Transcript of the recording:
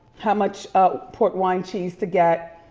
how much port wine cheese to get.